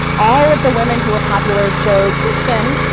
all of the women who were popular showed some skin.